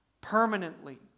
permanently